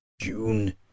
June